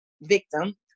victim